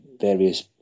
various